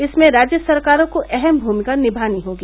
इसमें राज्य सरकारों को अहम भूमिका नियानी होगी